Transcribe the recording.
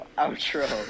outro